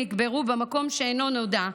נקברו במקום שאינו נודע,